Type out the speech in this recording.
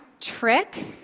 trick